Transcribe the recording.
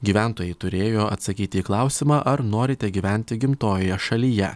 gyventojai turėjo atsakyti į klausimą ar norite gyventi gimtojoje šalyje